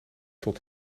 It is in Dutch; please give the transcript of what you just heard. tot